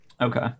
Okay